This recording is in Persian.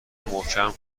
محکم